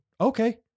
Okay